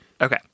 Okay